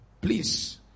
Please